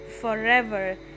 forever